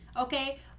okay